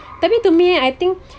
tapi to me I think